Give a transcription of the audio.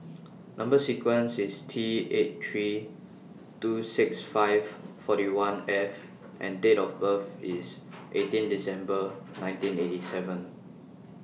Number sequence IS T eight three two six five forty one F and Date of birth IS eighteen December nineteen eighty seven